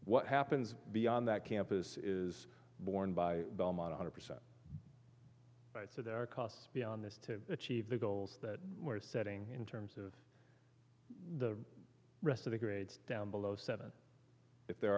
what happens beyond that campus is borne by belmont a hundred percent so there are costs beyond this to achieve the goals that we're setting in terms of the rest of the grades down below seven if there